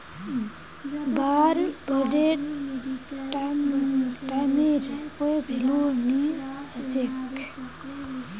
वार बांडेर टाइमेर कोई भेलू नी हछेक